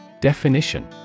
Definition